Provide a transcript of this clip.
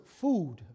food